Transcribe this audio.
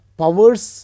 powers